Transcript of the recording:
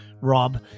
Rob